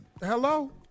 Hello